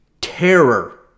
terror